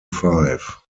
five